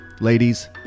ladies